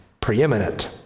preeminent